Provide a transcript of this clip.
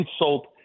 insult